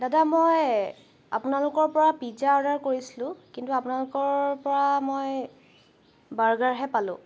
দাদা মই আপোনালোকৰ পৰা পিজ্জা অৰ্ডাৰ কৰিছিলোঁ কিন্তু আপোনালোকৰ পৰা মই বাৰ্গাৰহে পালোঁ